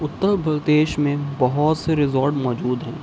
اتر پردیش میں بہت سے ریزوٹ موجود ہیں